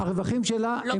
הרווחים שלה הם